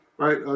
Right